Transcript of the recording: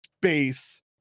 base